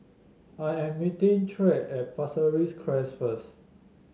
I am meeting Tyrek at Pasir Ris Crest first